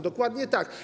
Dokładnie tak.